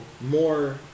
more